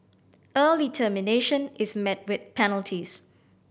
early termination is met with penalties